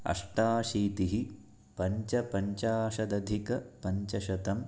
अष्टाशीतिः पञ्चपञ्चाशदधिक पञ्चशतम्